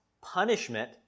punishment